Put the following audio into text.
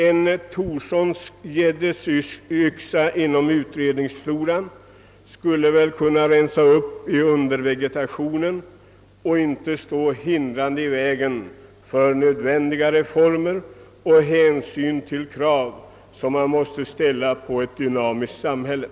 En Thorssonsk geddesyxa inom utredningsfloran skulle kunna rensa upp i undervegetationen så att inte utredningsuppdragen hindrade nödvändiga reformer och krav som man måste kunna ställa på ett dynamiskt samhälle.